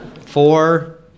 Four